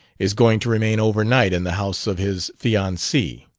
is going to remain over night in the house of his fiancee!